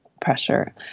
pressure